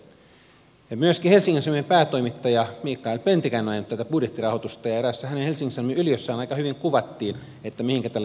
myöskin helsingin sanomien päätoimittaja mikael pentikäinen on ajanut tätä budjettirahoitusta ja eräässä hänen helsingin sanomien yliössään aika hyvin kuvattiin mihinkä tällä budjettirahoituksella pyrittiin